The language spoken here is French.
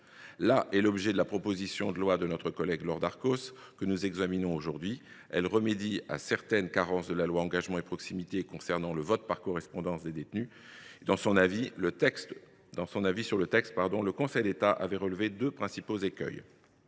Tel est l’objet de la proposition de loi de notre collègue Laure Darcos que nous examinons aujourd’hui. Ce texte remédie à certaines carences de la loi Engagement et Proximité concernant le vote par correspondance des détenus. Dans son avis sur ce texte, le Conseil d’État avait relevé en 2019 deux principaux écueils.